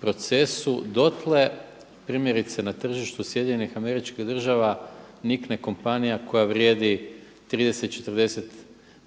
procesu. Dotle primjerice na tržištu SAD-a nikne kompanija koja vrijedi 30, 40